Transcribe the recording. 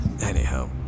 Anyhow